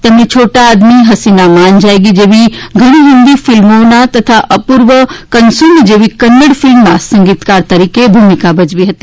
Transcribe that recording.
તેમણે છોટા આદમી હસીના માન જાયેગી જેવી ઘણી હિંદી ફિલ્મોમાં તથા અપૂર્વ કન્સુમ જેવી કન્નડ ફિલ્મમાં સંગીતકાર તરીકે ભૂમિકા ભજવી હતી